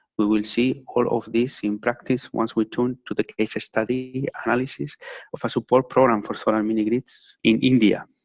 we will see all of this in practice once we turn to the case study analysis of a support program for solar mini-grids in india.